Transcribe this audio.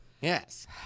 Yes